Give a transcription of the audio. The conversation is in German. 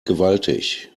gewaltig